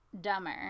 dumber